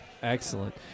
Excellent